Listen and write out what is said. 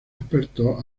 expertos